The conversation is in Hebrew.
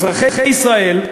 אזרחי ישראל,